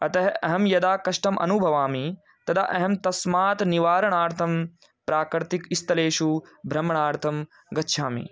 अतः अहं यदा कष्टम् अनुभवामि तदा अहें तस्मात् निवारणार्थं प्राकृतिकस्थलेषु भ्रमणार्थं गच्छामि